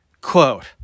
quote